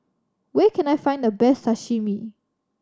where can I find the best Sashimi